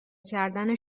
کردن